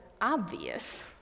obvious